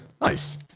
Nice